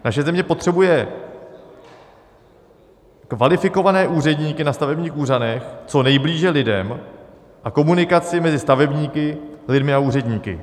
Naše země potřebuje kvalifikované úředníky na stavebních úřadech, co nejblíže lidem a komunikaci mezi stavebníky, lidmi a úředníky.